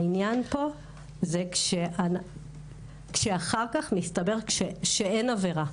העניין פה זה כשאחר כך מסתבר שאין עבירה.